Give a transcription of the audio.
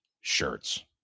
shirts